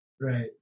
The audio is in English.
Right